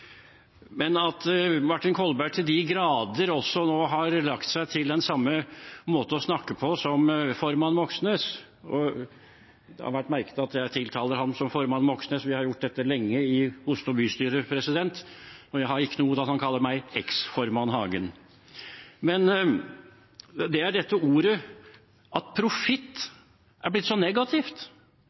Men Martin Kolberg har nå til de grader lagt seg til den samme måten å snakke på som formann Moxnes – det har blitt lagt merke til at jeg tiltaler ham som «formann Moxnes», vi har gjort dette lenge i Oslo bystyre, president, og jeg har ikke noe imot at han kaller meg «eks-formann Hagen». Men dette ordet «profitt» er blitt så negativt: